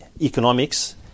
economics